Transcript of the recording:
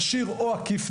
ישיר או עקיף,